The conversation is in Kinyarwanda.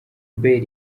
bale